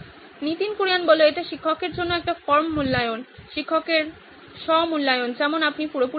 নীতিন কুরিয়ান এটি শিক্ষকের জন্য একটি ফর্ম মূল্যায়ন শিক্ষকের স্ব মূল্যায়ন যেমন আপনি পুরোপুরি বলেছেন